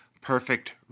perfect